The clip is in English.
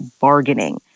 bargaining